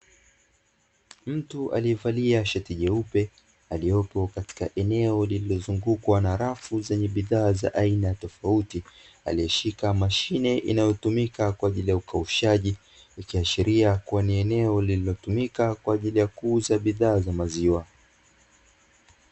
Mtu aliyevalia shati jeupe aliyepo katika eneo lililozungukwa na rafu zenye bidhaa za aina tofauti, aliyeshika mashine inayotumika kwa ajili ya ukaushaji, ikiashiria kuwa ni eneo lililotumika kwa ajili ya kuuza bidhaa za maziwa.